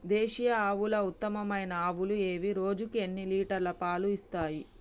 దేశీయ ఆవుల ఉత్తమమైన ఆవులు ఏవి? రోజుకు ఎన్ని లీటర్ల పాలు ఇస్తాయి?